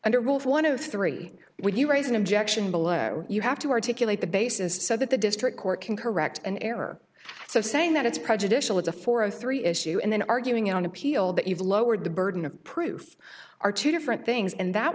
under wolf one of three when you raise an objection below you have to articulate the basis so that the district court can correct an error so saying that it's prejudicial it's a four of three issue and then arguing on appeal that you've lowered the burden of proof are two different things and that